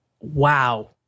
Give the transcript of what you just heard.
wow